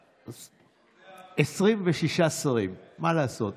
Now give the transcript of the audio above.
26 שרים, מה לעשות.